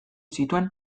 zituen